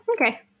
Okay